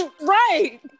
Right